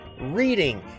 reading